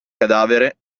cadavere